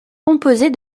composés